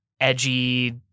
edgy